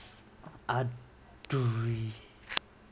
!aduh!